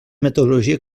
metodologia